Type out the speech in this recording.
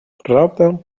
правда